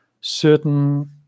Certain